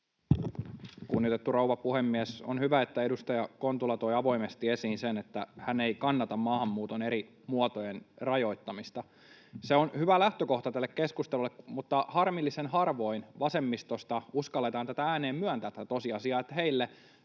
Kunnioitettu rouva puhemies! On hyvä, että edustaja Kontula toi avoimesti esiin sen, että hän ei kannata maahanmuuton eri muotojen rajoittamista. Se on hyvä lähtökohta tälle keskustelulle, mutta harmillisen harvoin vasemmistosta uskalletaan ääneen myöntää tätä